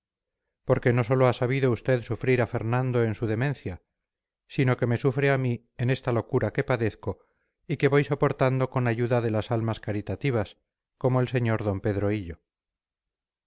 porque no sólo ha sabido usted sufrir a fernando en su demencia sino que me sufre a mí en esta locura que padezco y que voy soportando con ayuda de las almas caritativas como el sr d pedro hillo